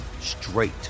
straight